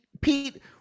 Pete